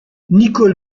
nicole